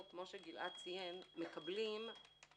כפי שגלעד ציין, אנו מקבלים תלונות.